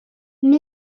mais